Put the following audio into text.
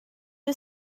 you